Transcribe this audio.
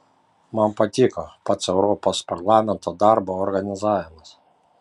man patiko pats europos parlamento darbo organizavimas